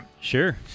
Sure